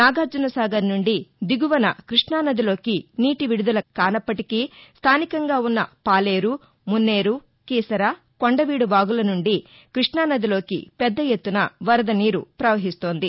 నాగార్జన సాగర్ నుండి దిగువన కృష్ణునదిలోకి నీటి విడుదల కానప్పటికీ స్టానికంగా ఉన్న పాలేరు మున్నెరు కీసర కొండవీడు వాగుల నుండి కృష్ణానదిలోకి పెద్ద ఎత్తున వరద నీరు పవహిస్తోంది